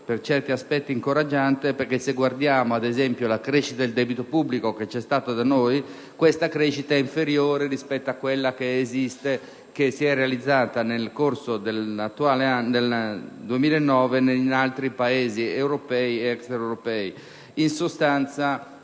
per certi aspetti, incoraggiante perché, se guardiamo ad esempio alla crescita del debito pubblico che c'è stata da noi, vediamo che essa è inferiore rispetto a quella che si è realizzata nel corso del 2009 in altri Paesi europei ed extraeuropei.